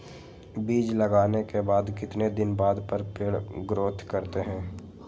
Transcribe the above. बीज लगाने के बाद कितने दिन बाद पर पेड़ ग्रोथ करते हैं?